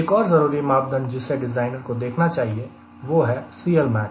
एक और जरूरी मापदंड जिसे डिज़ाइनर को देखना चाहिए वह है CLmax